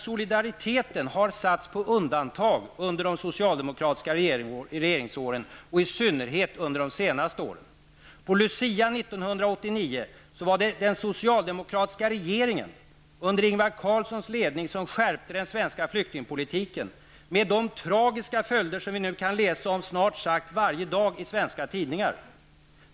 Solidariteten har satts på undantag under de socialdemokratiska regeringsåren, och i synnerhet under de senaste åren. På luciadagen 1989 var det den socialdemokratiska regeringen, under Ingvar Carlssons ledning, som skärpte den svenska flyktingpolitiken. Detta fick de tragiska följder som vi kan läsa om snart sagt varje dag i svenska tidningar.